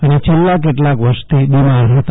અને છેલ્લા કેટલાક વર્ષથી બિમાર હતા